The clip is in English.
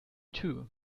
too